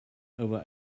over